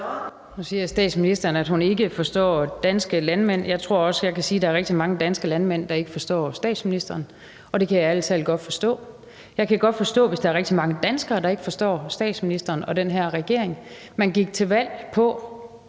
Nu siger statsministeren, at hun ikke forstår danske landmænd. Jeg tror også, jeg kan sige, at der er rigtig mange danske landmænd, der ikke forstår statsministeren, og det kan jeg ærlig talt godt forstå. Jeg kan godt forstå det, hvis der er rigtig mange danskere, der ikke forstår statsministeren og den her regering. Man gik til valg på,